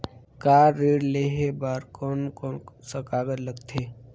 Car ऋण लेहे बार कोन कोन सा कागज़ लगथे?